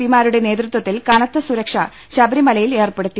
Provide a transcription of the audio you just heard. പിമാരുടെ നേതൃത്വത്തിൽ കനത്ത സുരക്ഷ ശബരിമലയിൽ ഏർപ്പെടുത്തി